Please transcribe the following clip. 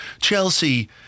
Chelsea